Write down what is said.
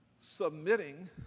submitting